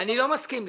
מסכים לזה.